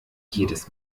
jedes